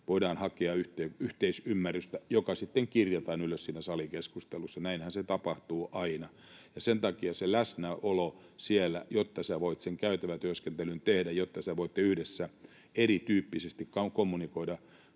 Voidaan hakea yhteisymmärrystä, joka sitten kirjataan ylös siinä salikeskustelussa. Näinhän se tapahtuu aina, ja sen takia se läsnäolo siellä — jotta sinä voit sen käytävätyöskentelyn tehdä, jotta te voitte yhdessä erityyppisesti kommunikoida